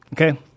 Okay